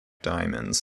diamonds